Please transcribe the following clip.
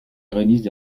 réunissent